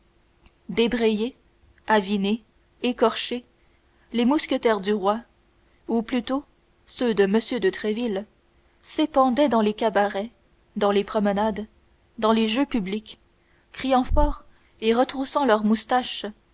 débraillés avinés écorchés les mousquetaires du roi ou plutôt ceux de m de tréville s'épandaient dans les cabarets dans les promenades dans les jeux publics criant fort et retroussant leurs moustaches